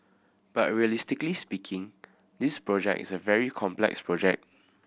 but realistically speaking this project is a very complex project